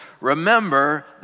remember